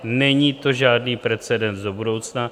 Není to žádný precedens do budoucna.